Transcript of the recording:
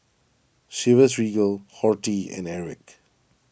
Chivas Regal Horti and Airwick